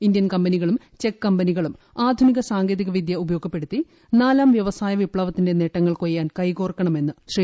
Indian കമ്പനികളും ചെക്ക് കമ്പനികളും ആധുനിക സാങ്കേതികവിദ്യ ഉപയോഗപ്പെടുത്തി നാലാം വൃവസായ വിപ്ലവത്തിന്റെ നേട്ടങ്ങൾ കൊയ്യാൻ കൈകോർക്കണമെന്ന് ശ്രീ